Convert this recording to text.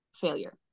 failure